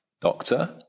doctor